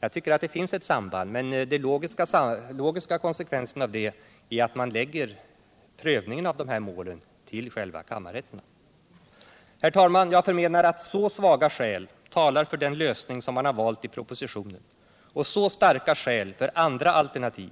Jag tycker också att det finns ett samband, men den logiska konsekvensen av det är att man lägger prövningen av dessa mål till kammarrätterna. Jag menar att så svaga skäl talar för den lösning som man valt i propositionen, och så starka skäl talar för andra alternativ,